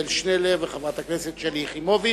עתניאל שנלר ושלי יחימוביץ.